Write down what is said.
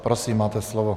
Prosím, máte slovo.